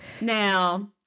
Now